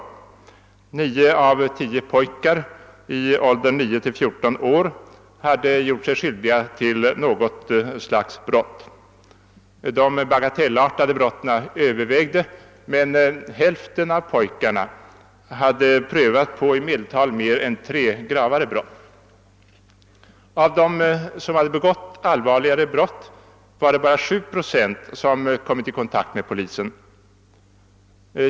Det framgick att 9 av 10 skolpojkar i åldern 9—14 år hade gjort sig skyldiga till brott av något slag. De bagatellartade förseelserna var vanligast, men varannan pojke hade prövat på i medeltal tre olika slag av gravare brott. Av dem som begått allvarligare brott var det bara 7 procent som kommit i kontakt med polisen.